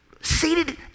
Seated